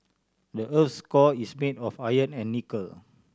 the earth's core is made of iron and nickel